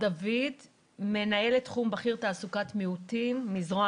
עכשיו נלחמת כדי שתהיה תעסוקה לנשים גם מגיל 55 פלוס.